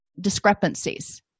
discrepancies